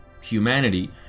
humanity